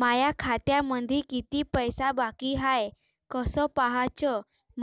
माया खात्यामंधी किती पैसा बाकी हाय कस पाह्याच,